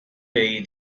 day